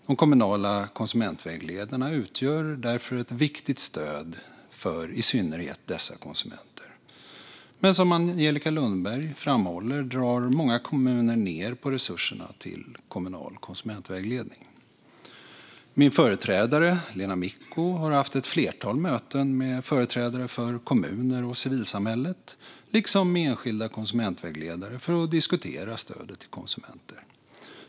De kommunala konsumentvägledarna utgör därför ett viktigt stöd för i synnerhet dessa konsumenter. Men som Angelica Lundberg framhåller drar många kommuner ned på resurserna till kommunal konsumentvägledning. Min företrädare Lena Micko har haft ett flertal möten med företrädare för kommuner och civilsamhället, liksom med enskilda konsumentvägledare, för att diskutera stödet till konsumenter.